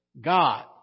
God